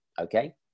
Okay